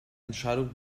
entscheidung